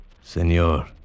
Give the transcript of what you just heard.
Senor